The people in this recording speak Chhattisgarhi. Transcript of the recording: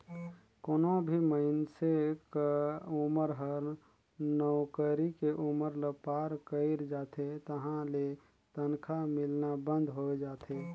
कोनो भी मइनसे क उमर हर नउकरी के उमर ल पार कइर जाथे तहां ले तनखा मिलना बंद होय जाथे